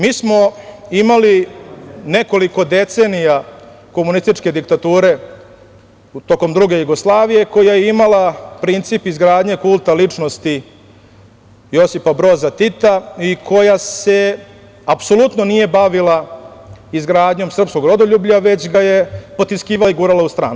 Mi smo imali nekoliko decenija komunističke diktature tokom druge Jugoslavije, koja je imala princip izgradnje kulta ličnosti Josipa Broza Tita i koja se apsolutno nije bavila izgradnjom srpskom rodoljublja, već ga je potiskivala i gurala u stranu.